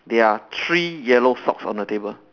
there are three yellow socks on the table